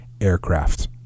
aircraft